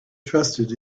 trusted